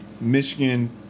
Michigan